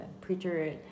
preacher